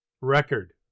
record